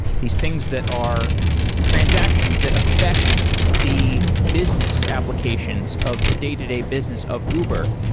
these things that are transactions that effect the business applications of the day-to-day business of uber.